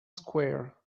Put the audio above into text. square